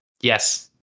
Yes